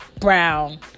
brown